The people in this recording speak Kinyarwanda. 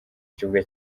kibuga